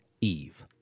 Eve